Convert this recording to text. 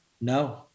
No